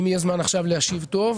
אם יהיה זמן עכשיו להשיב, טוב.